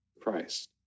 Christ